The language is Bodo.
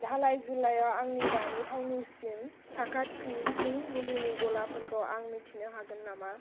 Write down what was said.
धालाइ जिल्लायाव आंनि दानि थाउनिसिम साखाथिसिन मुलिनि गलाफोरखौ आं मिथिनो हागोन नामा